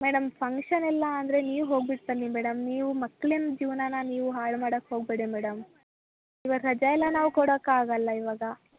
madam ಫಂಕ್ಷನೆಲ್ಲ ಅಂದರೆ ನೀವು ಹೋಗ್ಬಿಟ್ಟು ಬನ್ನಿ ಮೇಡಮ್ ನೀವು ಮಕ್ಳಿನ ಜೀವನಾನ ನೀವು ಹಾಳು ಮಾಡಕ್ಕೆ ಹೋಗಬೇಡಿ ಮೇಡಮ್ ಇವಾಗ ರಜೆಯೆಲ್ಲ ನಾವು ಕೊಡೋಕ್ಕಾಗಲ್ಲ ಇವಾಗ